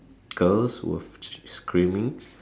girls were screaming